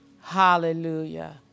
Hallelujah